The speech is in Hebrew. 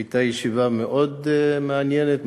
הייתה ישיבה מאוד מעניינת,